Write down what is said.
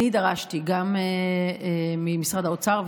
אני דרשתי גם ממשרד האוצר,